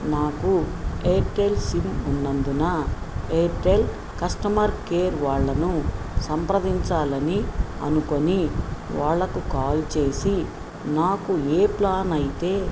నాకు Airtel sim ఉన్నందున Airtel customer care వాళ్ళను సంప్రదించాలని అనుకొని వాళ్ళకు కాల్ చేసి నాకు ఏ ప్లాన్ అయితే